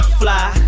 fly